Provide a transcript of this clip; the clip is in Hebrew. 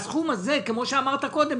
כפי שאמרת קודם,